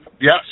Yes